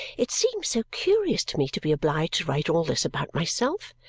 it seems so curious to me to be obliged to write all this about myself!